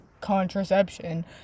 contraception